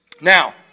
Now